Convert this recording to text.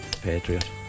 patriot